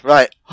Right